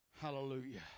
Hallelujah